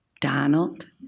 Donald